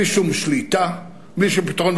בלי שום שליטה ובלי שום פתרון.